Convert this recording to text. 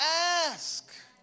ask